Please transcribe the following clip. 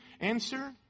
Answer